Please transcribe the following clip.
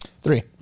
Three